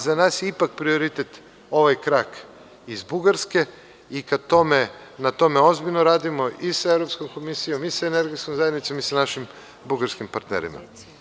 Za nas je ipak prioritet ovaj krak iz Bugarske i na tome ozbiljno radimo i sa Evropskom komisijom i sa Energetskom zajednicom i sa našim bugarskim partnerima.